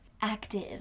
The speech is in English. active